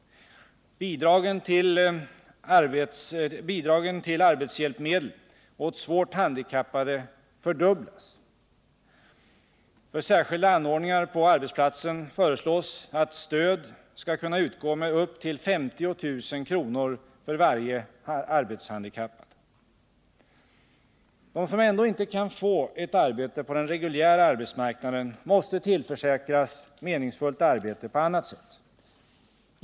Bidragen till arbetshjälpmedel åt svårt handikappade fördubblas. För särskilda anordningar på arbetsplatsen föreslås att stöd skall kunna utgå med upp till 50000 kr. för varje arbetshandikappad. De som ändå inte kan få ett arbete på den reguljära arbetsmarknaden måste tillförsäkras meningsfullt arbete på annat sätt.